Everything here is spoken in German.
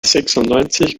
sechsundneunzig